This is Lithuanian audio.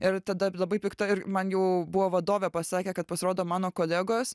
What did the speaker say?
ir tada labai pikta ir man jau buvo vadovė pasakė kad pasirodo mano kolegos